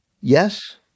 Yes